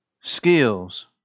skills